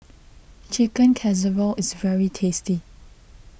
Chicken Casserole is very tasty